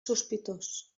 sospitós